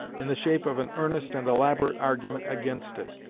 in the shape of an earnest and elaborate argument against it,